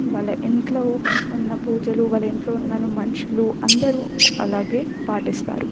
వాళ్ళ ఇంట్లో ఉన్న పూజలు వాళ్ళ ఇంట్లో ఉన్న మనుషులు అందరూ అలాగే పాటిస్తారు